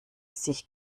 sich